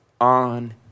on